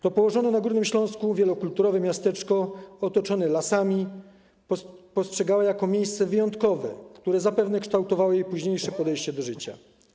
To położone na Górnym Śląsku wielokulturowe miasteczko otoczone lasami postrzegała jako miejsce wyjątkowe, które zapewne kształtowało jej późniejsze podejście do życia.